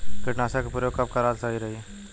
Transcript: कीटनाशक के प्रयोग कब कराल सही रही?